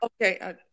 Okay